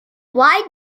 why